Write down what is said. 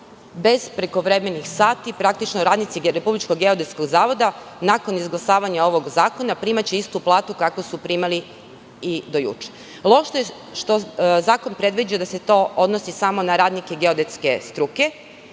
bez prekovremenih sati. Praktično, radnici RGZ, nakon izglasavanja ovog zakona, primaće istu platu kao što su primali do juče. Loše je što zakon predviđa da se to odnosi samo na radnike geodetske struke.